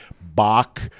Bach